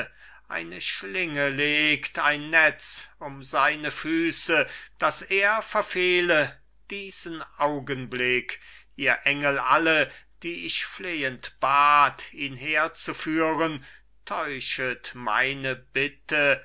eine schlinge legt ein netz um seine füße daß er verfehle diesen augenblick ihr engel alle die ich flehend bat ihn herzuführen täuschet meine bitte